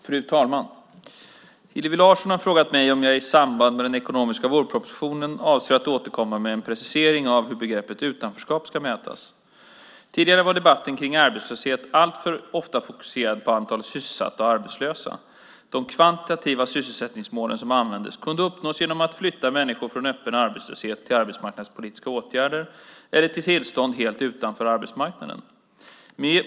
Fru talman! Hillevi Larsson har frågat mig om jag i samband med den ekonomiska vårpropositionen avser att återkomma med en precisering av hur begreppet utanförskap ska mätas. Tidigare var debatten kring arbetslöshet alltför ofta fokuserad på antalet sysselsatta och arbetslösa. De kvantitativa sysselsättningsmål som användes kunde uppnås genom att människor flyttades från öppen arbetslöshet till arbetsmarknadspolitiska åtgärder eller till tillstånd helt utanför arbetsmarknaden.